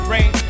Rain